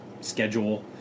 schedule